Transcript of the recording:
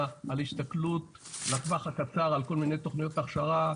על הסתכלות לטווח הקצר על כל מיני תוכניות הכשרה,